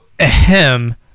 ahem